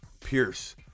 Pierce